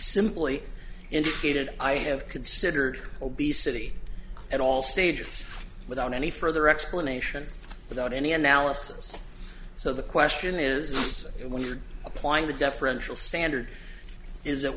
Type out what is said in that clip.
simply indicated i have considered obesity at all stages without any further explanation without any analysis so the question is when you're applying the deferential standard is